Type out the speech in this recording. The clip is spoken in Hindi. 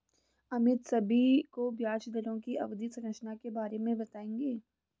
अमित सभी को ब्याज दरों की अवधि संरचना के बारे में बताएंगे